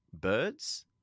birds